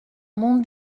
mon